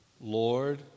Lord